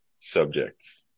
Subjects